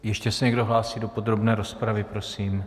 Ještě se někdo hlásí do podrobné rozpravy prosím?